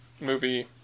movie